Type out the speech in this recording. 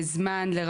כדי לצמצם את זה באמת.